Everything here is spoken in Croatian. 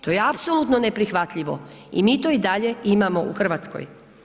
To je apsolutno neprihvatljivo i mi to i dalje imamo u Hrvatskoj.